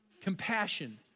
Compassion